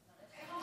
איך זה נקרא?